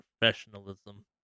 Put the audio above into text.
professionalism